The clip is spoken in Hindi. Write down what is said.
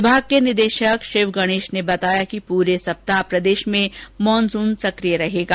विभाग के निदेशक शिवगणेश ने बताया कि पूरे सप्ताह प्रदेश में मानसून सक्रिय रहेगा